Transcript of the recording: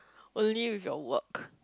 only with your work